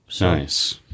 Nice